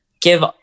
give